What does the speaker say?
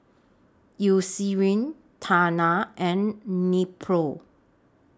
Eucerin Tena and Nepro